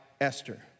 Esther